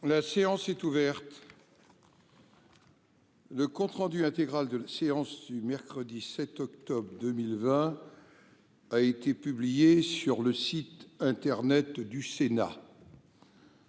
La séance est ouverte. Le compte rendu intégral de la séance du mercredi 7 octobre 2020 a été publié sur le site internet du Sénat.